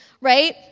right